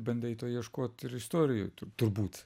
bandai to ieškot ir istorijoj turbūt